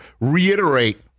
reiterate